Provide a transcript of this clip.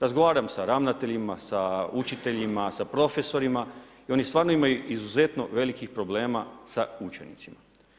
Razgovaram sa ravnateljima, sa učiteljima, sa profesorima i oni stvarno imaju izuzetno velikih problema sa učenicima.